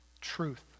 truth